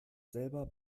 selber